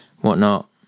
whatnot